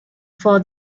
for